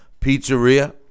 Pizzeria